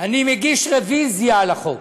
אני מגיש רוויזיה על החוק,